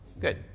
Good